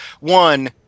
one